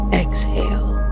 exhale